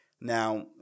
Now